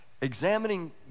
Examining